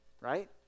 right